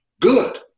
Good